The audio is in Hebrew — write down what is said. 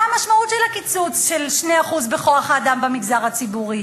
מה המשמעות של הקיצוץ של 2% בכוח-האדם במגזר הציבורי?